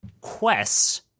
quests